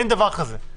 אין דבר כזה.